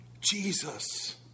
Jesus